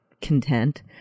content